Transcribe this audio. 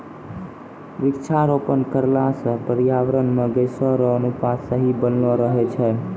वृक्षारोपण करला से पर्यावरण मे गैसो रो अनुपात सही बनलो रहै छै